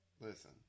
listen